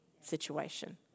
situation